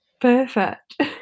Perfect